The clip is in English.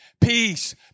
peace